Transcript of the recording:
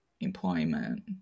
employment